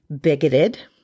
bigoted